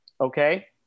Okay